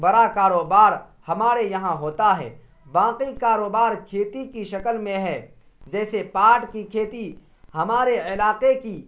بڑا کاروبار ہمارے یہاں ہوتا ہے باقی کاروبار کھیتی کی شکل میں ہے جیسے پاٹ کی کھیتی ہمارے علاقے کی